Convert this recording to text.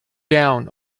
down